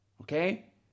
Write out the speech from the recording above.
Okay